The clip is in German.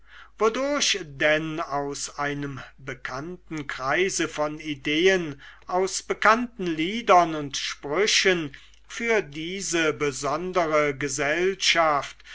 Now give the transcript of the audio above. wodurch denn aus einem bekannten kreise von ideen aus bekannten liedern und sprüchen für diese besondere gesellschaft